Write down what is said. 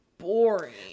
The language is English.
Boring